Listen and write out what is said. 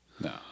No